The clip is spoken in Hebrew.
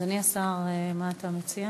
אדוני השר, מה אתה מציע?